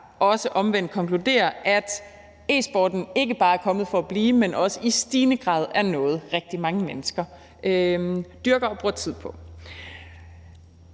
også omvendt konkludere, at e-sporten ikke bare er kommet for at blive, men også i stigende grad er noget, rigtig mange mennesker dyrker og bruger tid på.